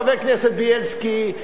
חבר הכנסת בילסקי,